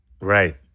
right